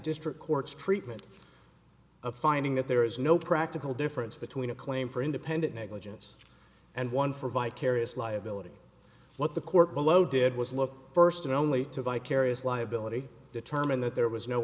district court's treatment of finding that there is no practical difference between a claim for independent negligence and one for vicarious liability what the court below did was look first and only to vicarious liability determined that there was no